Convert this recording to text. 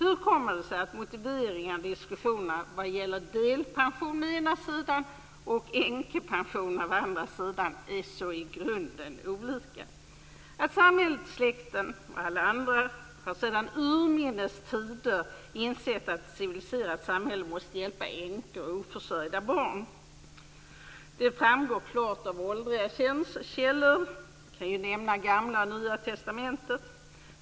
Hur kommer det sig att motiveringarna och diskussionerna vad gäller delpensionen å ena sidan och änkepensionen å andra sidan i grunden är så olika? Samhället - släkten, ja, alla - inser sedan urminnes tid att ett civiliserat samhälle måste hjälpa änkor och oförsörjda barn. Det framgår klart av åldriga källor, t.ex. Gamla Testamentet och Nya Testamentet.